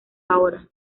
ahora